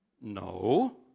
No